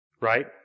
Right